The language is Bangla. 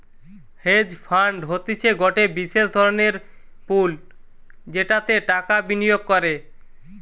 হেজ ফান্ড হতিছে গটে বিশেষ ধরণের পুল যেটাতে টাকা বিনিয়োগ করে